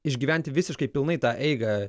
išgyventi visiškai pilnai tą eigą